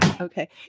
Okay